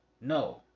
no